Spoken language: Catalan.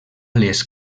les